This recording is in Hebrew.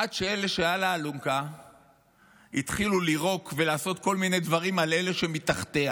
עד שאלה שעל האלונקה התחילו לירוק ולעשות כל מיני דברים על אלה שמתחתיה.